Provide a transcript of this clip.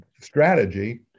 strategy